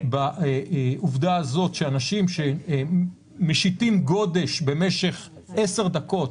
בעובדה שאנשים שמשיתים גודש במשך 10 דקות